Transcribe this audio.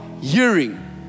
hearing